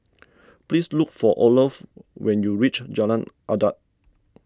please look for Olof when you reach Jalan Adat